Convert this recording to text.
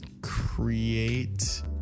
Create